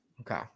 Okay